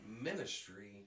ministry